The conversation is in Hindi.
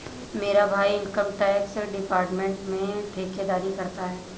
मेरा भाई इनकम टैक्स डिपार्टमेंट में ठेकेदारी करता है